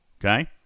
Okay